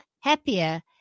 happier